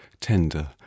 Tender